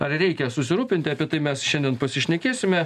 ar reikia susirūpinti apie tai mes šiandien pasišnekėsime